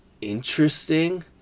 interesting